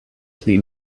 pli